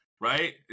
right